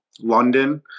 London